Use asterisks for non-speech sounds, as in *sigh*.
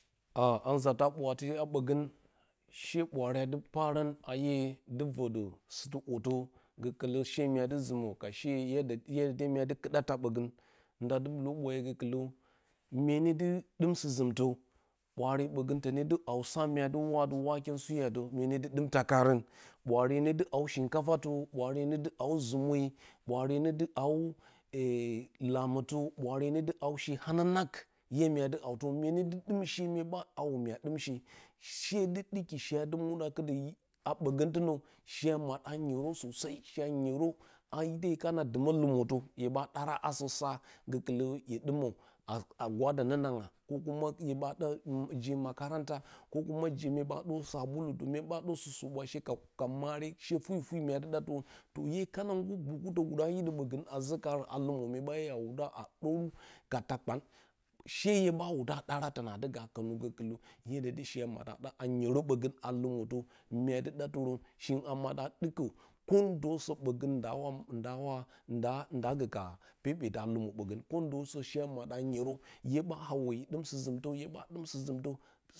A a nzata bwaatiye bosə she bwaare a dɨ parə a iye dɨ rodə sudɨ ordə gokilə she mya dɨ zimə ra she *unintelligible* myadɨ kɨda taa ɓəgən ndadɨ *unintelligible* bwaare gəkɨlə myenedɨ ɗum sɨzɨmtə bwaare ɓogən tənedɨ haw sa mya dɨ wa dɨ waken suya mye ne dɨ dɨm taa kaarə, bwa re ne dɨ haw shinkafa ɓwaare ne, dɨ haw zume bwaare nedɨ haw lamɨtə ɓwaare nedɨ haw she hananany iye myadɨ hawtɨrə mye ne dɨ dum she mye ɓa hawə my dɨmshe, she dɨ dɨki she dɨ mɨɗa dɨ kɨdə a ɓogə tinə she a mada a nyerə sosai she a nyerə a ite hye kana dumə lɨmətə hye ɓa ɗara asə sa gəkɨlə hye ɗimə ga gwadə nə nangya ko kuma hye ba ɗa je makaranta ie mye ba dorə sabulu mye ba 0or shi subwashe ka mare she furi furi mya du ɗa tirə hye kan gurə *unintelligible* hidə ɓəgə a zatturn kara a lɨmə ɓəgən mye ɓa *unintelligible* dərə ka taa kpah she hye wudaa ɗara tənadɨga kənə gəkɨlə ye she a madə a nyerə ɓəgə a lɨmə tə mya dɨ ɗa tɨrə she a mada ɗa ɗukə kəndəsə ɓəgən da dawa dawa da da gə ka pepepe a lɨmə vondəsə a mada nyera hye ɓa hawə hye dum sɨzɨmtə hue ɓa dɨm sɨzɨmɨə.